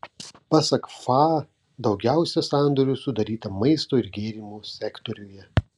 pasak faa daugiausiai sandorių sudaryta maisto ir gėrimų sektoriuje